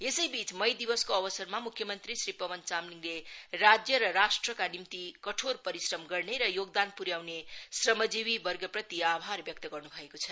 यसै बीच मई दिवसको अवसरमा मुख्यमन्त्री श्री पवन चामलिङले राज्य र राष्ट्रका निम्ति कठोर परिश्रम गर्ने र योगदान पुऱ्याउने श्रमजिवी वर्गप्रति आभार व्यक्त गर्नु भएको छ